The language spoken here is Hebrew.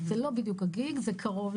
זה לא בדיוק ה-Gig אבל זה קרוב.